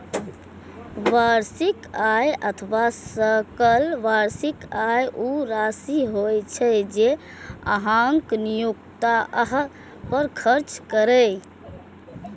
वार्षिक आय अथवा सकल वार्षिक आय ऊ राशि होइ छै, जे अहांक नियोक्ता अहां पर खर्च करैए